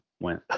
went